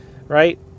right